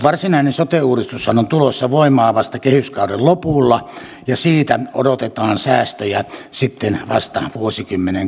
varsinainen sote uudistushan on tulossa voimaan vasta kehyskauden lopulla ja siitä odotetaan säästöjä sitten vasta vuosikymmenen kuluttua